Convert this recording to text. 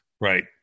Right